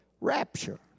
rapture